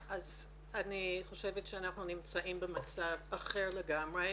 אני חושבת שאנחנו נמצאים במצב אחר לגמרי.